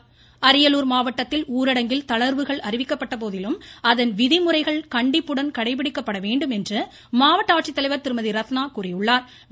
இருவரி அரியலூர் மாவட்டத்தில் ஊரடங்கில் தளர்வுகள் அளிக்கப்பட்டுள்ள போதிலும் அதன் விதிமுறைகள் கண்டிப்புடன் கடைபிடிக்கப்பட வேண்டும் என்று மாவட்ட ஆட்சித்தலைவா் திருமதி ரத்னா தெரிவித்துள்ளாா்